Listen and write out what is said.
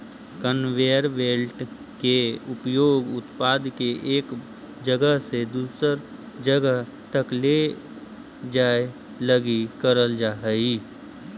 conveyor belt के उपयोग उत्पाद के एक जगह से दूसर जगह तक ले जाए लगी करल जा हई